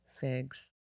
figs